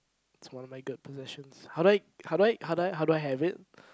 it's one of my good possessions how do I how do I how do I have it